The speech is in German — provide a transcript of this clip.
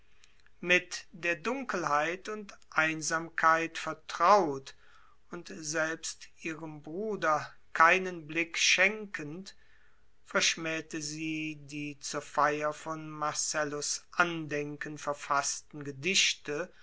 mit der dunkelheit und einsamkeit vertraut und selbst ihrem bruder keinen blick schenkend verschmähte sie die zur feier von marcellus andenken verfaßten gedichte